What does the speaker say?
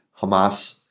Hamas